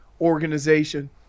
organization